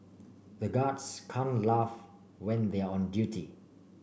the guards can't laugh when they are on duty